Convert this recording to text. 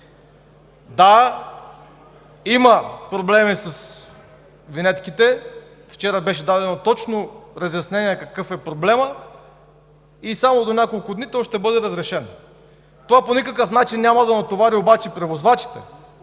Да, има проблеми с винетките – вчера беше дадено точно разяснение какъв е проблемът, и само до няколко дни той ще бъде разрешен. Това по никакъв начин няма да натовари обаче превозвачите,